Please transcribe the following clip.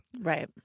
Right